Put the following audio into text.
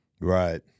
Right